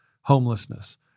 homelessness